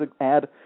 add